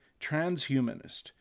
transhumanist